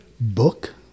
book